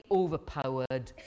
overpowered